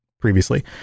previously